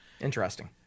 interesting